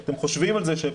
אם חושבים על זה,